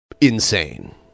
insane